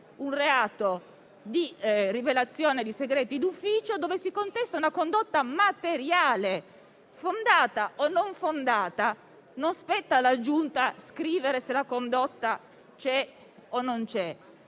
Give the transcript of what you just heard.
un reato di rivelazione di segreto d'ufficio dove si contesta una condotta materiale, che l'accusa sia fondata o meno. Non spetta alla Giunta scrivere se la condotta c'è o non c'è.